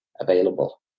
available